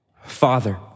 Father